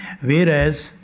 Whereas